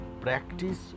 practice